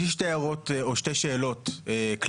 יש לי שתי הערוץ או שתי שאות כלליות.